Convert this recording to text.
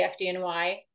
FDNY